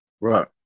right